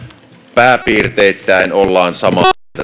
pääpiirteittäin ollaan samaa mieltä